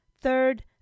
third